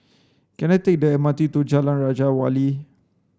can I take the M R T to Jalan Raja Wali